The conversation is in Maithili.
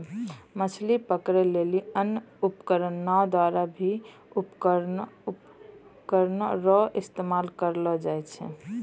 मछली पकड़ै लेली अन्य उपकरण नांव द्वारा भी उपकरण रो इस्तेमाल करलो जाय छै